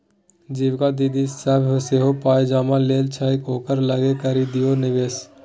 जीविका दीदी सभ सेहो पाय जमा लै छै ओकरे लग करि दियौ निवेश